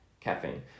caffeine